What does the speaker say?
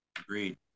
Agreed